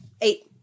Eight